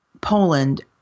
Poland